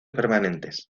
permanentes